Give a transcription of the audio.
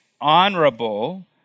honorable